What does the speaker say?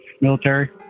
military